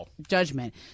judgment